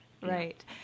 Right